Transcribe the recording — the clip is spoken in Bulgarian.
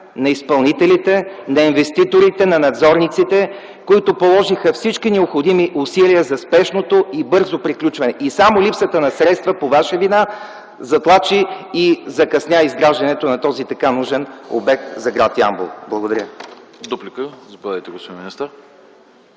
на изпълнителите, на инвеститорите, на надзорниците, които положиха всички необходими усилия за спешното и бързо приключване. И само липсата на средства, по Ваша вина, затлачи и закъсня изграждането на този така нужен обект за гр. Ямбол. Благодаря.